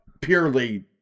purely